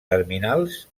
terminals